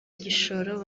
igishoro